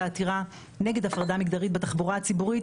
העתירה נגד הפרדה מגדרית בתחבורה הציבורית,